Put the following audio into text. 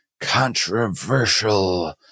controversial